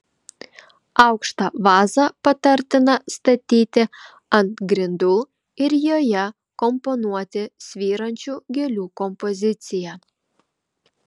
aukštą vazą patartina statyti ant grindų ir joje komponuoti svyrančių gėlių kompoziciją